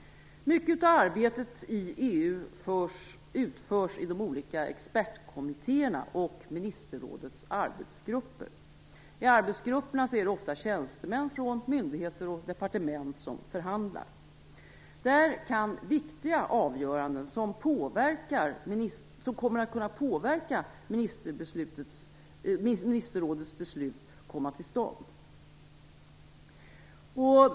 Mycket av arbetet i EU utförs i de olika expertkommittéerna och i ministerrådets arbetsgrupper. I arbetsgrupperna är det ofta tjänstemän från myndigheter och departement som förhandlar. Där kan viktiga avgöranden som kommer att kunna påverka ministerrådets beslut komma till stånd.